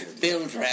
Build